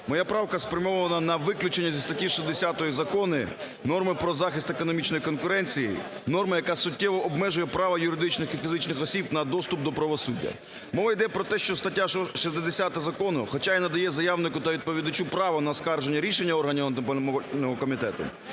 моя правка спрямована на виключення зі статті 60 закону норми про захист економічної конкуренції, норма, яка суттєво обмежує право юридичних і фізичних осіб на доступ до правосуддя. Мова йде про те, що стаття 60 закону хоча і надає заявнику та відповідачу право на оскарження рішення органів Антимонопольного комітету,